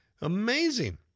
Amazing